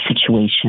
situation